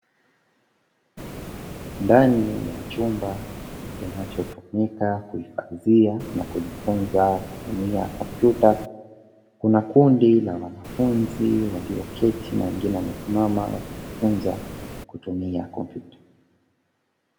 Ndaninya chumba kinachotumika kuhifadhia na kujifunza kutumia kompyuta, kuna kundi la wanafunzi walioketi na wengine waliosimama wakijifunza kutumia kompyuta.